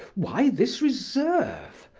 why this reserve?